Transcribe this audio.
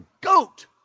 goat